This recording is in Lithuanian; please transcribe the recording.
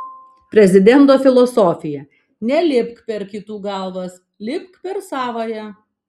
prezidento filosofija nelipk per kitų galvas lipk per savąją